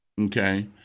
okay